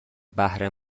بهره